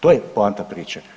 To je poanta priče.